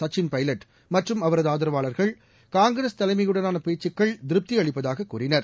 சச்சிள் பைலட் மற்றும் அவரது ஆதரவாளர்கள் காங்கிரஸ் தலைமயுடனான பேச்சுக்கள் திருப்தியளிப்பதாக கூறினர்